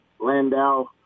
landau